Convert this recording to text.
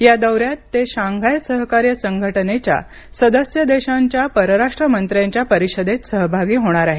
या दौऱ्यात ते शांघाय सहकार्य संघटनेच्या सदस्य देशांच्या परराष्ट्र मंत्र्यांच्या परिषदेत सहभागी होणार आहेत